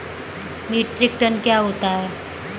Metric ton क्या होता है?